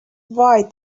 why